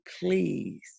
please